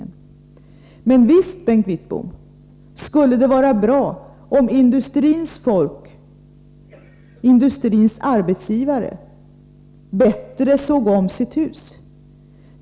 Men, Bengt Wittbom, visst skulle det vara bra om industrins arbetsgivare bättre såg om sitt hus.